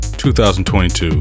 2022